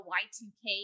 y2k